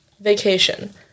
vacation